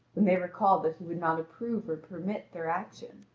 when they recalled that he would not approve or permit their action.